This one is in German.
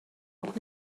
noch